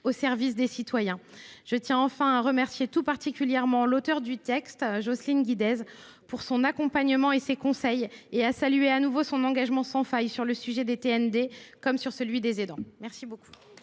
au service des citoyens. Je tiens enfin à remercier tout particulièrement l’auteure du texte, Jocelyne Guidez, pour ses conseils, et à saluer de nouveau son engagement sans faille sur le sujet des TND comme sur celui des aidants. Mes chers